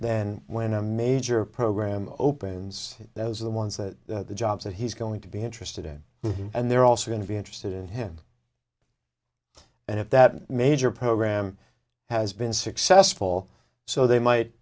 then when a major program opens those are the ones that the jobs that he's going to be interested in and they're also going to be interested in him and if that major program has been successful so they might